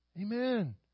Amen